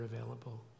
available